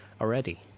already